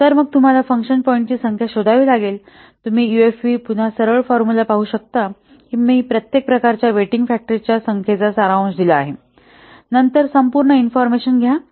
तर मग तुम्हाला फंक्शन पॉईंट्सची संख्या शोधावी लागेल तुम्ही युएफपी पुन्हा सरळ फॉर्म्युला पाहू शकता की मी प्रत्येक प्रकारच्या वेटिंग फॅक्टर्स च्या संख्येचा सारांश दिला आहे नंतर संपूर्ण इन्फॉर्मेशन घ्या